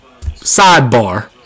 sidebar